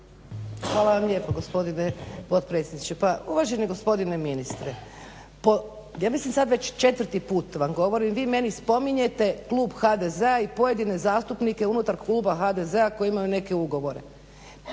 Hvala vam lijepo gospodine potpredsjedniče. Pa uvaženi gospodine ministre po, ja mislim sad već četvrti put, vam govorim, vi meni spominjete klub HDZ-a i pojedine zastupnike unutar kluba HDZ-a koji imaju neke ugovore.